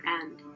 end